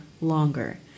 longer